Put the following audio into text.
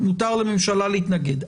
מותר לממשלה להתנגד.